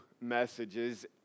messages